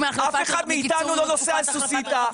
אף אחד מאיתנו לא נוסע בסוסיתא,